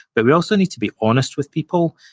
but we also need to be honest with people,